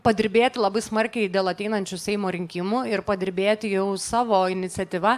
padirbėt labai smarkiai dėl ateinančių seimo rinkimų ir padirbėti jau savo iniciatyva